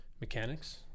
mechanics